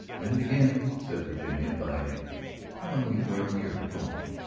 then begin, said virginia, by telling me where we are going.